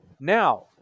Now